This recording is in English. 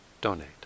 donate